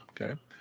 okay